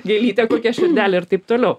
gėlytę kokią širdelę ir taip toliau